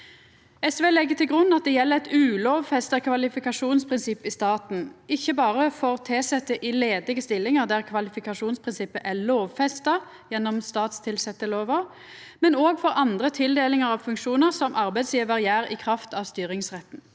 SV legg til grunn at det gjeld eit ulovfesta kvalifikasjonsprinsipp i staten, ikkje berre for tilsette i ledige stillingar der kvalifikasjonsprinsippet er lovfesta gjennom statstilsettelova, men òg for andre tildelingar av funksjonar som arbeidsgjevar gjer i kraft av styringsretten.